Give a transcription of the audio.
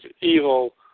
evil